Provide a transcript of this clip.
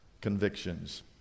convictions